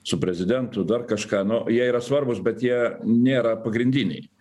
su prezidentu dar kažką nu jie yra svarbūs bet jie nėra pagrindiniai